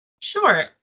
Sure